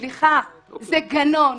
סליחה, זה גנון.